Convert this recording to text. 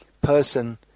person